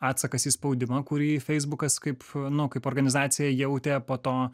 atsakas į spaudimą kurį feisbukas kaip nu kaip organizacija jautė po to